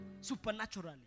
Supernaturally